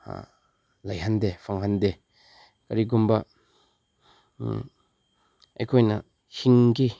ꯂꯩꯍꯟꯗꯦ ꯐꯪꯍꯟꯗꯦ ꯀꯔꯤꯒꯨꯝꯕ ꯑꯩꯈꯣꯏꯅ ꯍꯤꯡꯒꯦ